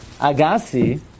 Agassi